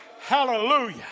Hallelujah